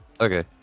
Okay